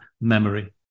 memory